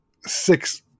six